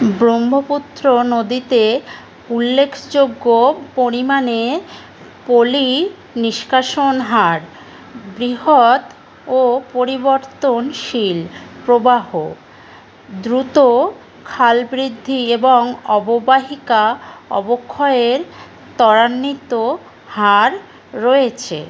ব্রহ্মপুত্র নদীতে উল্লেখযোগ্য পরিমাণে পলি নিষ্কাশন হার বৃহৎ ও পরিবর্তনশীল প্রবাহ দ্রুত খাল বৃদ্ধি এবং অববাহিকা অবক্ষয়ের ত্বরান্বিত হার রয়েছে